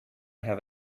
have